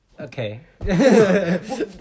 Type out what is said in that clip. Okay